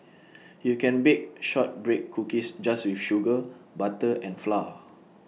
you can bake Shortbread Cookies just with sugar butter and flour